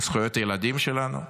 זכויות הילדים שלנו.